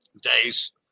days